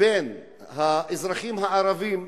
בין האזרחים הערבים,